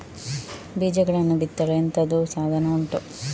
ಬೀಜಗಳನ್ನು ಬಿತ್ತಲು ಎಂತದು ಸಾಧನ ಉಂಟು?